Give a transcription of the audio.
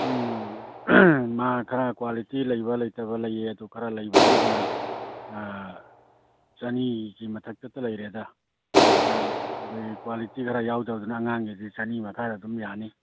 ꯎꯝ ꯃꯥ ꯈꯔ ꯀ꯭ꯋꯥꯂꯤꯇꯤ ꯂꯩꯕ ꯂꯩꯇꯕ ꯂꯩꯌꯦ ꯑꯗꯨ ꯈꯔ ꯂꯩꯕꯁꯤꯡꯗꯨꯅ ꯆꯅꯤꯒꯤ ꯃꯊꯛꯇꯗ ꯂꯩꯔꯦꯗ ꯑꯥ ꯑꯗꯒꯤ ꯀ꯭ꯋꯥꯂꯤꯇꯤ ꯈꯔ ꯌꯥꯎꯗꯕꯗꯨꯅ ꯑꯉꯥꯡꯒꯤꯗꯤ ꯆꯅꯤ ꯃꯈꯥꯗ ꯑꯗꯨꯝ ꯌꯥꯅꯤ